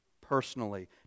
personally